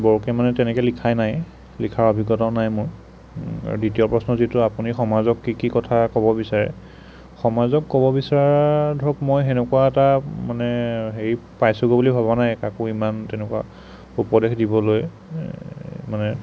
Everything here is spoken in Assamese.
বৰকে মানে তেনেকে লিখাই নাই লিখাৰ অভিজ্ঞতাও নাই মোৰ আৰু দ্বিতীয় প্ৰশ্ন যিটো আপুনি সমাজক কি কি কথা ক'ব বিচাৰে সমাজক ক'ব বিচৰা ধৰক মই সেনেকুৱা এটা মানে হেৰি পাইছোগৈ বুলি ভবা নাই কাকো ইমান তেনেকুৱা উপদেশ দিবলৈ মানে